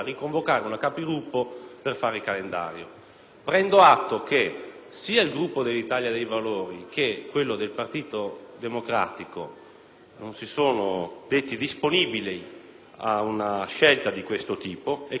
Prendo atto che sia il Gruppo dell'Italia dei Valori sia quello del Partito Democratico non si sono detti disponibili ad una scelta di questo tipo e che restano dunque nella posizione di bloccare di fatto